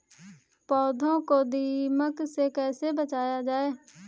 पौधों को दीमक से कैसे बचाया जाय?